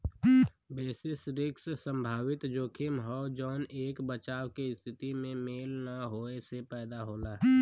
basis risk संभावित जोखिम हौ जौन एक बचाव के स्थिति में मेल न होये से पैदा होला